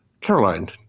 Caroline